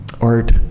Art